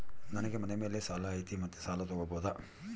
ನನಗೆ ಮನೆ ಮೇಲೆ ಸಾಲ ಐತಿ ಮತ್ತೆ ಸಾಲ ತಗಬೋದ?